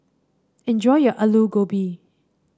enjoy your Aloo Gobi